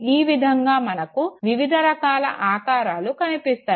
ఈ విధంగా మనకు వివిధ రకాల ఆకారాలు కనిపిస్తాయి